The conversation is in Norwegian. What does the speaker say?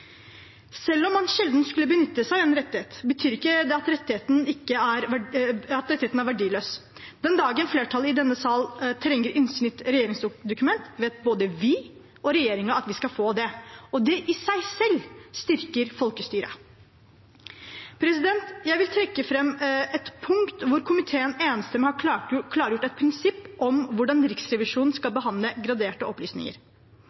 Selv om man sjelden skulle benytte seg av en rettighet, betyr ikke det at rettigheten er verdiløs. Den dagen flertallet i denne salen trenger innsyn i et regjeringsdokument, vet både vi og regjeringen at vi skal få det, og det i seg selv styrker folkestyret. Jeg vil trekke fram et punkt hvor komiteen enstemmig har klargjort et prinsipp om hvordan Riksrevisjonen skal behandle graderte opplysninger.